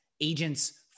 agents